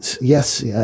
yes